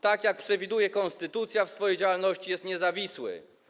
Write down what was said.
Tak jak przewiduje konstytucja, w swojej działalności jest niezawisły.